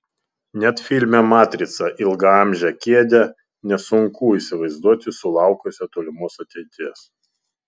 net filme matrica ilgaamžę kėdę nesunku įsivaizduoti sulaukusią tolimos ateities